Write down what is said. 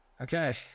Okay